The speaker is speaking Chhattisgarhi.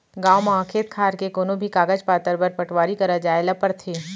गॉंव म खेत खार के कोनों भी कागज पातर बर पटवारी करा जाए ल परथे